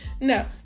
no